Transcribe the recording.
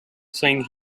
saying